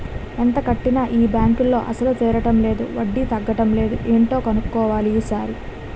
ఎంత కట్టినా ఈ బాంకులో అసలు తీరడం లేదు వడ్డీ తగ్గడం లేదు ఏటో కన్నుక్కోవాలి ఈ సారి